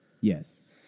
Yes